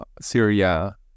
Syria